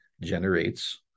generates